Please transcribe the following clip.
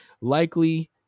likely